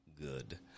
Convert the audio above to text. Good